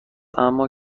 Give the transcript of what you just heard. اما